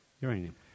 uranium